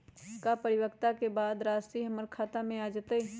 का परिपक्वता के बाद राशि हमर खाता में आ जतई?